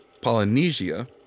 Polynesia